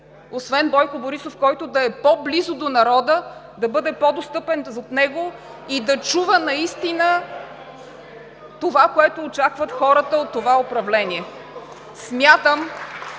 освен Бойко Борисов, който да е по-близо до народа, да бъде по-достъпен до него и да чува наистина това, което очакват хората от това управление?